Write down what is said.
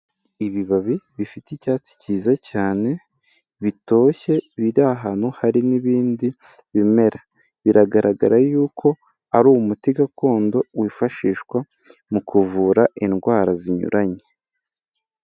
Ibibabi bifite icyatsi cyiza cyane bitoshye biri ahantu hari n'ibindi bimera, biragaragara yuko ari umuti gakondo wifashishwa mu kuvura indwara zinyuranye.